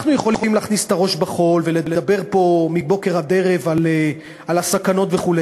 אנחנו יכולים לטמון את הראש בחול ולדבר פה מבוקר עד ערב על הסכנות וכו',